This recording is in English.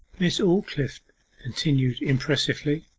miss aldclyffe continued impressively,